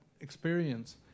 experience